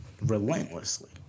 relentlessly